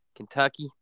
Kentucky